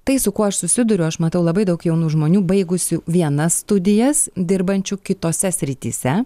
tai su kuo aš susiduriu aš matau labai daug jaunų žmonių baigusių vienas studijas dirbančių kitose srityse